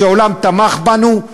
כשהעולם תמך בנו,